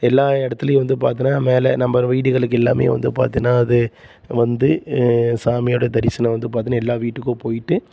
எல்லா இடத்துலையும் வந்து பார்த்திங்கனா மேலே நம்ப வீடுகளுக்கு எல்லாமே வந்து பார்த்திங்கன்னா அது வந்து சாமியோடைய தரிசனம் வந்து பார்த்திங்கன்னா எல்லா வீட்டுக்கும் போயிட்டு